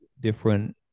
different